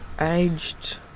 aged